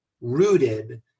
rooted